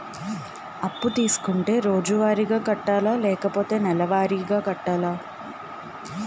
అప్పు తీసుకుంటే రోజువారిగా కట్టాలా? లేకపోతే నెలవారీగా కట్టాలా?